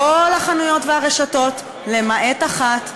כל החנויות והרשתות למעט אחת,